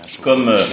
comme